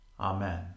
Amen